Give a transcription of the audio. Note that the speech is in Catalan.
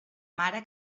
mare